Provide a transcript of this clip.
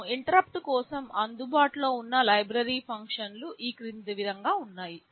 మనకు ఇంటరుప్పుట్ కోసం అందుబాటులో ఉన్న లైబ్రరీ ఫంక్షన్లు ఈ క్రింది విధంగా ఉన్నాయి